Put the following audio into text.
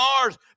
Mars